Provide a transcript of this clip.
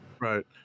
right